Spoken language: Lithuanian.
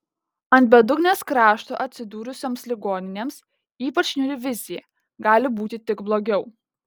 ant bedugnės krašto atsidūrusioms ligoninėms ypač niūri vizija gali būti tik blogiau